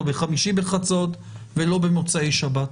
לא בחמישי בחצות ולא במוצאי שבת.